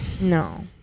No